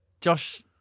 Josh